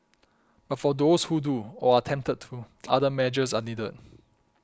but for those who do or are tempted to other measures are needed